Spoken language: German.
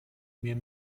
mir